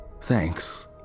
Thanks